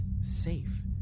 safe